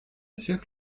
всех